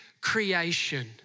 creation